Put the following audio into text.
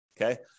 okay